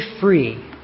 free